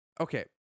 Okay